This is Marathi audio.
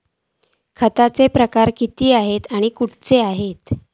खतांचे प्रकार किती आसत आणि खैचे आसत?